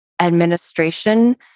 administration